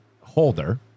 holder